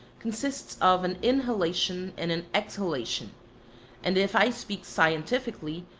consists of an inhalation and an exhalation and if i speak scientifically,